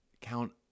count